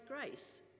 grace